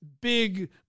big